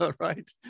right